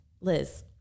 Liz